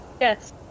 Yes